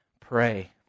pray